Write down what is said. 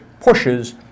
pushes